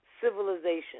civilization